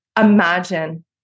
imagine